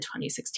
2016